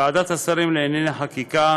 ועדת השרים לענייני חקיקה